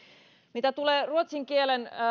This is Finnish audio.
mitä tulee ruotsin kielen